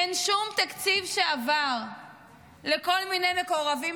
אין שום תקציב שעבר לכל מיני מקורבים